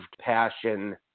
passion